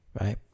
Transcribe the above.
right